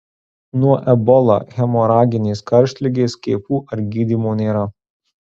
nuo ebola hemoraginės karštligės skiepų ar gydymo nėra